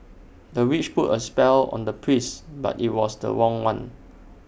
the witch put A spell on the prince but IT was the wrong one